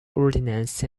ordinance